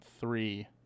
three